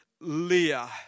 Leah